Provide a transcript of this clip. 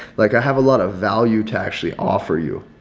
like i have a lot of value to actually offer you.